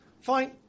Fine